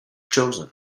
chosen